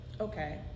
Okay